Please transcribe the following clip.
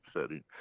setting